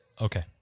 Okay